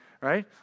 right